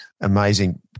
Amazing